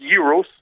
euros